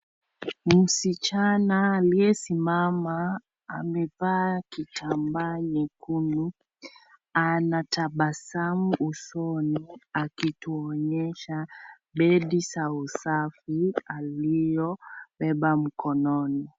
Msichana aliyesimama amevaa kitambaa nyekundu anatabasamu usoni akituonyesha medi za usafi aliyobeba mkononi.